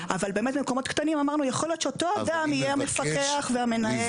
באמת אמרנו שיכול להיות שאותו אדם יהיה המפקח והמנהל.